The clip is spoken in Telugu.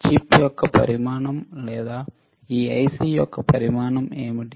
చిప్ యొక్క పరిమాణం లేదా ఈ IC యొక్క పరిమాణం ఏమిటి